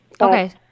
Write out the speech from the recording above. Okay